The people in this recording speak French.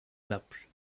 naples